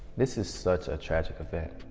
this is such a tragic event.